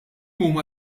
huma